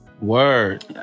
Word